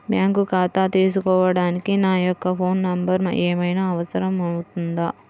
Bank ఖాతా తీసుకోవడానికి నా యొక్క ఫోన్ నెంబర్ ఏమైనా అవసరం అవుతుందా?